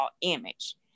image